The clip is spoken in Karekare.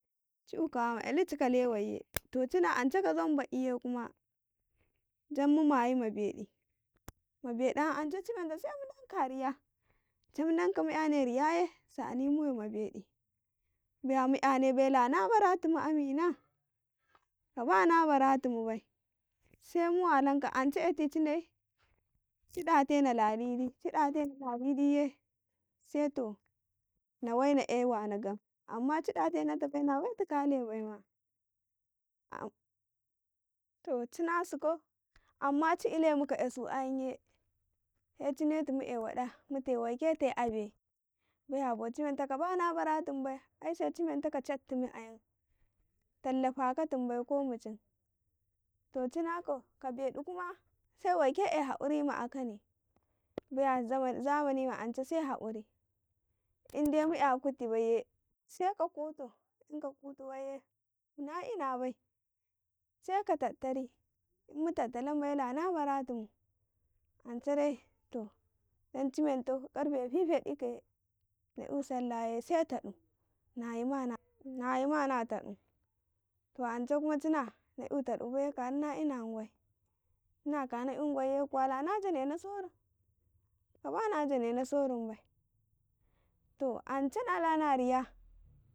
﻿Ci ''yu kawa ma ''yalici ka lewe, to cina ance ka zambe iye ma jan mu mayi ma bedi ''yan ance ci menta se mu danka a riya, can mudanka mu ''yane riyaye sa'ani mu wei ma bedi, baya mu ''yane bai ila na baratun amina kaba na baratu mu bai se mu walanka ance ehti ci nai ci datena ladidici ɗa tena ladidiye ani na wei na'e wana gam amma ci datenate baima na to cina sikau amma ci elemu ka asu ayanye be ci netu mutai waɗa mutai waɗa mutai waike te abe baqyako ci nanka kaba nabaratun 'bai ai se ci mentaka cattun ''yan tallafa ka tun bai ko mucin to ci naka ka bedi kuma sai weke eyi hakuri ma akahni baya ma ance ''yanse inde mu ''yaka kuti bai ye seka kuto inka kotu baiye na ina bai seka tattali inmu tattalan bai ye na la baratun ance de to jan ci menta de karfe fifedu ikaye na'yu na taɗu nayimana a tadu to ance hna na'yu taɗu baiye kahna na ina man gwai cina khna iyugwai kwa la na janena sorun, kaba na janena sorun bai to ance nalana a riya.